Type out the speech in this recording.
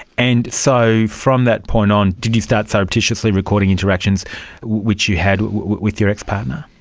and so from that point on did you start surreptitiously recording interactions which you had with your ex-partner?